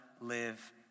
live